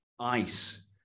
ice